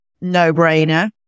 no-brainer